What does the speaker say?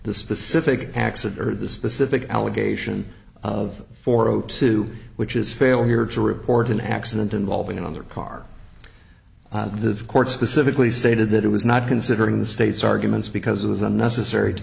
the specific acts that are the specific allegation of four o two which is failure to report an accident involving another car the court specifically stated that it was not considering the state's arguments because it was unnecessary to